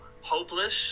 hopeless